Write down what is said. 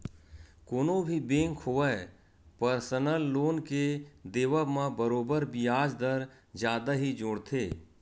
कोनो भी बेंक होवय परसनल लोन के देवब म बरोबर बियाज दर जादा ही जोड़थे